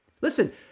Listen